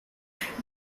called